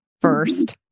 first